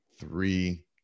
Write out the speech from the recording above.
three